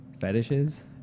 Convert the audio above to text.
fetishes